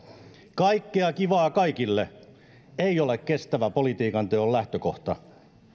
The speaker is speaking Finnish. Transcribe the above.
kaikkea kivaa kaikille ei ole kestävän politiikanteon lähtökohta